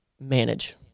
manage